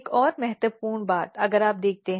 एक और महत्वपूर्ण बात अगर आप देखते हैं